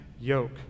yoke